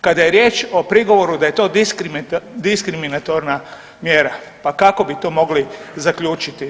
Kada je riječ o prigovoru da je to diskriminatorna mjera, pa kako bi to mogli zaključiti?